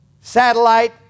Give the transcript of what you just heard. Satellite